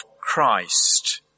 Christ